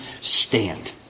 stand